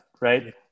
right